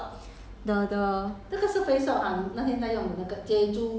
eh I like leh the mask from Innisfree is it Innisfree Face Shop Face Shop